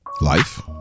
life